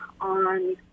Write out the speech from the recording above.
on